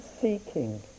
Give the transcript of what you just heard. seeking